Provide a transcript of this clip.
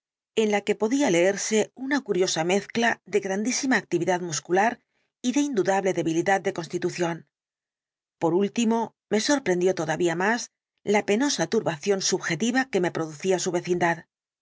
en la que podía leerse una curiosa mezcla de grandísima actividad muscular y de indudable debilidad de constitución por último me sorprendió todavía más la penosa turbación subjetiva que me producía su vecindad